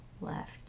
Left